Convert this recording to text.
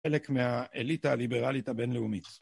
חלק מהאליטה הליברלית הבינלאומית.